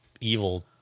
evil